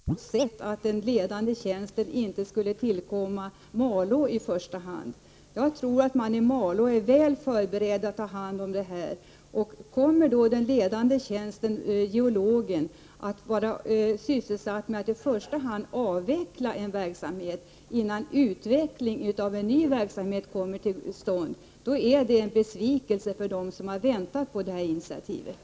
Fru talman! Jag vidhåller min uppfattning. Den styrks av vad som sägs i den proposition där förslaget om medelsanvisning till borrkärnearkivet framförs. Det nämns inte ett ord om avvecklingskostnader eller om att den ledande tjänsten inte skulle tillkomma Malå i första hand. Jag tror att man i Malå är väl förberedd att ta hand om denna verksamhet. Kommer innehavaren av den ledande tjänsten, geologen, att vara sysselsatt med att i första hand avveckla en verksamhet, innan utveckling av en ny verksamhet kommer till stånd, är det en besvikelse för dem som har väntat på det här initiativet.